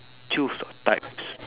choose the types